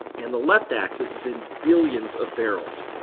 and the left axis is in billion of barrels.